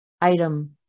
item